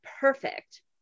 perfect